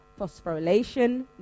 phosphorylation